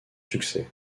succès